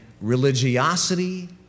religiosity